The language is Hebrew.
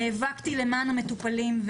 נאבקתי למען המטופלים,